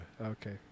Okay